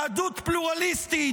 יהדות פלורליסטית,